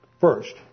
First